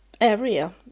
area